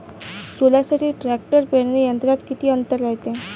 सोल्यासाठी ट्रॅक्टर पेरणी यंत्रात किती अंतर रायते?